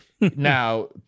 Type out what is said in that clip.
Now